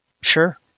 Sure